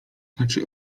znaczy